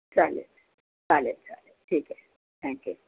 चालेल चालेल चालेल ठीक आहे थँक्यू